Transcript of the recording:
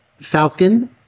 Falcon